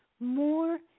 more